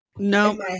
No